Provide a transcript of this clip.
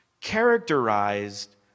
characterized